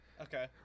Okay